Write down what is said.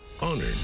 honored